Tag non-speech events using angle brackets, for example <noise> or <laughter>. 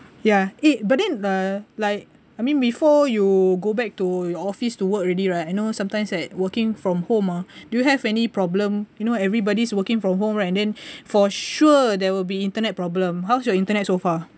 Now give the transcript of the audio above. ya eh but then uh like I mean before you go back to your office to work already right I know sometimes at working from home ah do you have any problem you know everybody's working from home right and then <breath> for sure there will be internet problem how's your internet so far